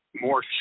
more